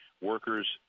workers